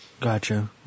Gotcha